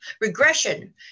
Regression